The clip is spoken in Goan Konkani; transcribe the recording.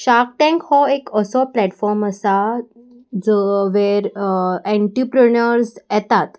शार्क टँक हो एक असो प्लेटफॉर्म आसा जो वेर एन्ट्रप्रुनर्स येतात